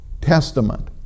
Testament